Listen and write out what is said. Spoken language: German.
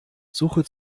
suche